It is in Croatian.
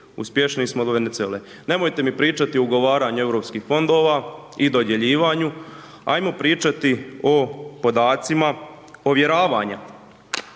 uspješniji smo od Venezuele, nemojte mi pričati o ugovaranju Europskih fondova i dodjeljivanju, ajmo pričati o podacima ovjeravanja.